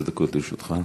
עשר דקות לרשותך.